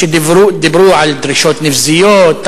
שדיברו על דרישות נבזיות,